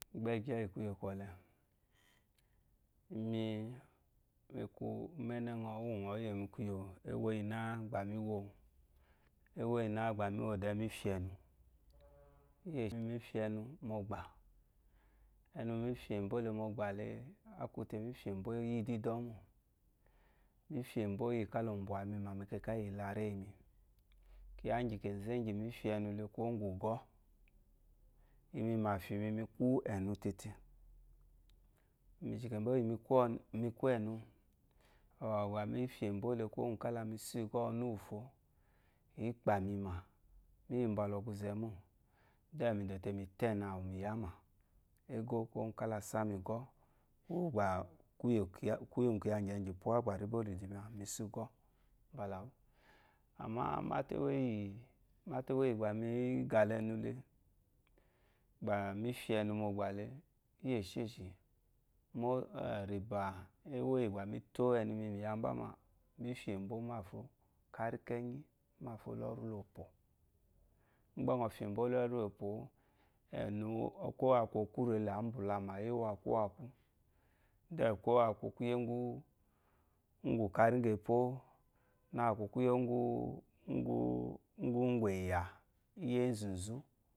Gbɛ́ɛgyɛ íyì kwúyè kwúyè kwɔlɛ. Imi mì kwu úmɛ́nɛ́ ŋɔ̀ úwù ŋɔ̌ yò mi kwuyò, éwó íyiná gbà mǐ wo, éwó íyiná gbà mǐ wo dɛɛ mǐ fyè ɛnu. Imi mí fyè ɛnu mu ɔgbà. Ɛnu mí fyè mbó le mu ɔgbà le, á kwu te, mí fyè mbó íyidíidɔ́ mô. Mí fyè mbó íyì ká la ɔ̀ mbwà mi mà mɛkɛkà íyì yilaréyi mi. Kyiya íŋgyì kènzé íŋgyì mǐ fyè ɛnu le kwuwó ŋgwù ùgɔ́. Imi, màfyì mi, mi kwú ɛnu tete. Mìzhìkèmbo íyì mi kwú ɛ̀nu. À gbà bà mǐ fyè mbó le kwúwó ŋgwù kála mi sí sá ùgɔ́ ɔnu úwùfo. Ǐ kpà mi mà, mí yiì mbala ɔgwuzɛ mô, mì dò te mì tó ɛ̀nu àwù mì yámà égó, kwuwó ŋgwù ká la sá mí ùgɔ́, úwú gbà kwúyé ŋgwù kyiya ŋgyɛ̀ŋgyì pwá gbà rí bó rì dù mi àwù. mì sá ùgɔ́ mbala wú. Àmá máte éwó yì gbà mi gà la ɛnu le, gbà mí fyè ɛnu mu ɔgbà le, íyì éshêshì, mó rìbá, éwó yí gbà mi tó ɛnu mi, mì ya mbá mà, mǐ fyè mbó mâfo, kárí kɛ́nyí, mâfo lɔ́rí lopò. Ḿ gbá ŋɔ fyè mbó lɔ́rí lopǒ, ɛ̀nu kwó a kwu okwúrù ele, ǎ mbùlamà, ě yi úwakwuwakwu. Then kwó a kwu kwúyè úŋgwú g kárí ŋgepó, nâ a kwu kwuyé ŋgwù ɛ̀yà íyì énzù nzú